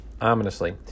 ominously